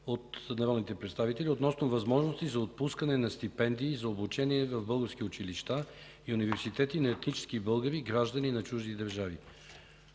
и Мартин Димитров относно възможности за отпускане на стипендии за обучение в български училища и университети на етнически българи, граждани на чужди държави.